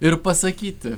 ir pasakyti